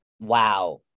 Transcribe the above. Wow